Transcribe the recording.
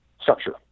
structure